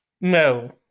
No